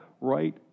right